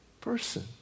person